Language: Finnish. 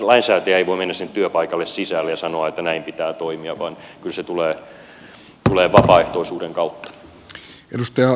lainsäätäjä ei voi mennä sinne työpaikalle sisälle ja sanoa että näin pitää toimia vaan kyllä se tulee vapaaehtoisuuden kautta